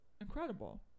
incredible